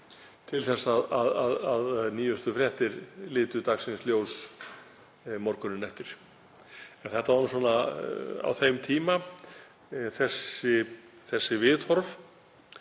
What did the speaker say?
til að nýjustu fréttir litu dagsins ljós morguninn eftir. En þetta var á þeim tíma, þessi viðhorf;